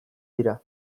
dira